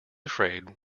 afraid